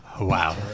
Wow